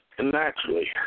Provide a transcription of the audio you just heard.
naturally